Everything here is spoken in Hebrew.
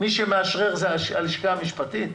מי שמאשרר, זאת הלשכה המשפטית?